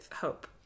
hope